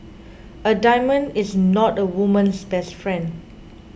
a diamond is not a woman's best friend